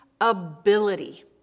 ability